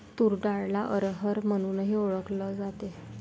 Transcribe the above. तूर डाळला अरहर म्हणूनही ओळखल जाते